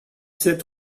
sept